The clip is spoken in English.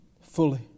fully